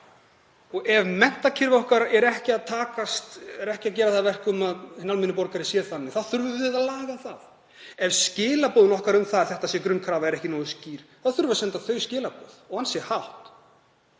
Ef menntakerfi okkar gerir það ekki að verkum að hinn almenni borgari sé þannig þá þurfum við að laga það. Ef skilaboð okkar um að þetta sé grunnkrafa er ekki nógu skýr þá þurfum við að senda þau skilaboð og segja